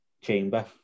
chamber